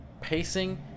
Pacing